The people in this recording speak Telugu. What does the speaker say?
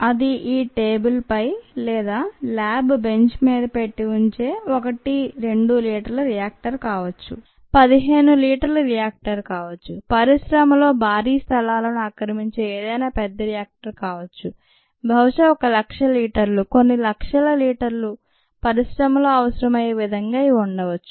అది ఈ టేబుల్ పై లేదా ల్యాబ్ బెంచ్ మీద పెట్టివుంచే 1 2 లీటర్ల రియాక్టర్ కావచ్చు 15 లీటర్ల రియాక్టర్ కావచ్చు పరిశ్రమలో భారీ స్థలాలను ఆక్రమించే ఏదైనా పెద్ద రియాక్టరు కావొచ్చు బహుశా 1 లక్ష లీటర్లు కొన్ని లక్షల లీటర్లు పరిశ్రమల్లో అవసరం అయ్యే విధంగా ఇవి ఉండవచ్చు